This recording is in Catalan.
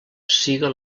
siga